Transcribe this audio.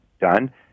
done